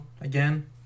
again